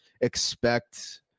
expect